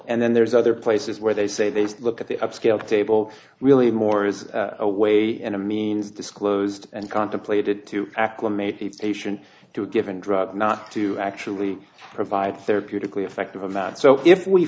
and then there's other places where they say they look at the upscale table really more is a way in a means disclosed and contemplated to acclimate the patient to a given drug not to actually provide therapeutically effective about it so if we